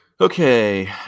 Okay